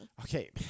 Okay